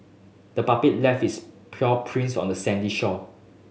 the puppy left its paw prints on the sandy shore